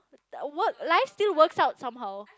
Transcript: work life still work out somehow